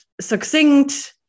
succinct